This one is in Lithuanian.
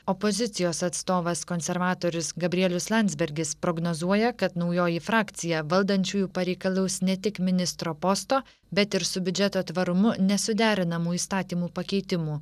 opozicijos atstovas konservatorius gabrielius landsbergis prognozuoja kad naujoji frakcija valdančiųjų pareikalaus ne tik ministro posto bet ir su biudžeto tvarumu nesuderinamų įstatymų pakeitimų